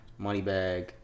Moneybag